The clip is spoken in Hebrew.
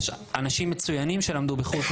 יש אנשים מצוינים שלמדו בחו"ל,